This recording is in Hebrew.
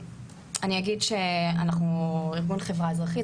אני אגיד שאנחנו ארגון חברה אזרחית,